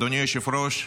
אדוני היושב-ראש,